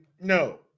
no